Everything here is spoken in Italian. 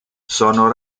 sono